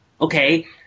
okay